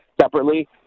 separately